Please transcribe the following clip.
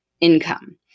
income